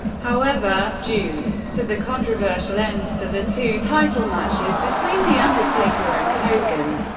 however, due to the controversial ends to the two title matches between the undertaker and hogan,